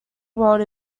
world